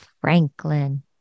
Franklin